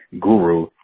guru